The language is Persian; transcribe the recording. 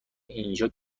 اینجا